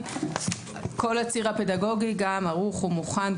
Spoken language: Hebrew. כל הציר הפדגוגי ערוך ומוכן.